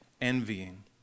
envying